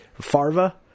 Farva